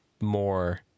more